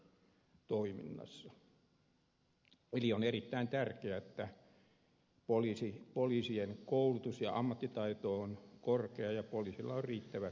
eli on erittäin tärkeää että poliisien koulutus ja ammattitaito on korkea ja poliisilla on riittävät resurssit